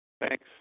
Thanks